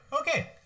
Okay